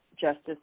justice